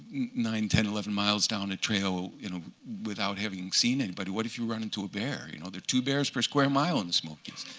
nine, ten, eleven miles down a trail you know without having seen anybody? what if you run into a bear? and there are two bears per square mile in the smokies.